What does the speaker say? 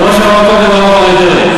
זה מה שאמר קודם הרב אריה דרעי,